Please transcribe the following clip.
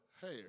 hair